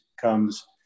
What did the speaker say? comes